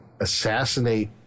assassinate